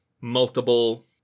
multiple